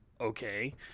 okay